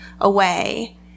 away